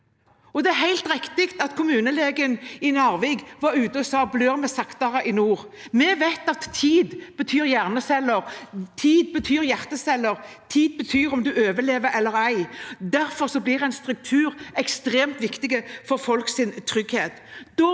Det er helt riktig at kommunelegen i Narvik var ute og spurte om vi blør saktere her i nord. Vi vet at tid betyr hjerneceller, tid betyr hjerteceller, tid betyr om du overlever eller ei. Derfor blir en struktur ekstremt viktig for folks trygghet.